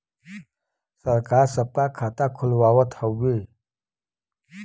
सरकार सबका खाता खुलवावत हउवे